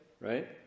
right